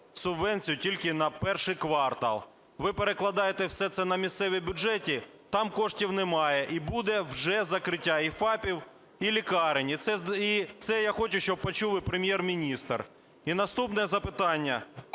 субвенцію тільки на перший квартал? Ви перекладаєте все це на місцеві бюджети – там коштів немає. І буде вже закриття і ФАПів, і лікарень. І це я хочу, щоб почув і Прем’єр-міністр. І наступне запитання.